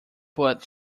but